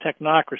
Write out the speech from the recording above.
technocracy